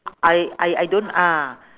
I I I don't ah